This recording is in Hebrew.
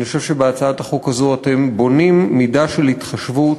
אני חושב שבהצעת החוק הזאת אתם בונים מידה של התחשבות,